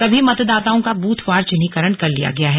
सभी मतदाताओं का बूथवार चिह्नीकरण कर लिया गया है